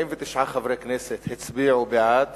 49 חברי כנסת הצביעו בעד